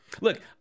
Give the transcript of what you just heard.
Look